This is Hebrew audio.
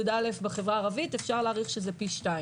י"א בחברה הערבית אפשר להעריך שזה פי שניים.